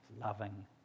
loving